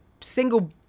single